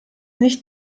nicht